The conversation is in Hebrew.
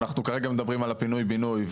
אנחנו כרגע מדברים על פינוי בינוי,